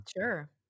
Sure